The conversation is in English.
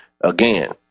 Again